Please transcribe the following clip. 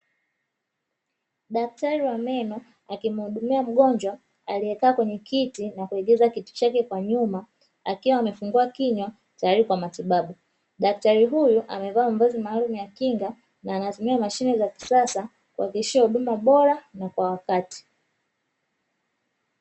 Daktari wa meno akimuhudumia mgonjwa aliyekaa kwenye kiti na kulegeza kiti chake kwa nyuma akiwa amefungua kinywa tayari kwa matibabu. Daktari huyu amevaa mavazi maalumu ya kinga na anatumia mashine za kisasa kuwakilisha huduma bora na kwa wakati.